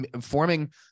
forming